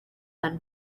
than